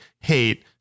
hate